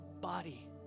body